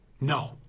No